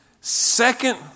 Second